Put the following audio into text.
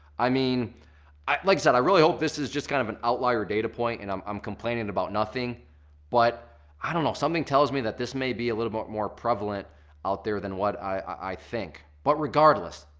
i mean. like i like said, i really hope this is just kind of an outlier data point and i'm um complaining about nothing but i don't know something tells me that this may be a little bit more prevalent out there than what i i think. but regardless,